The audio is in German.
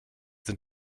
sind